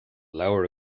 leabhar